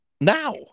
Now